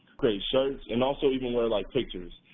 create shirts, and also even wear like pictures.